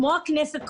כמו הכנסת,